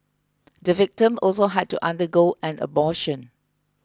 the victim also had to undergo an abortion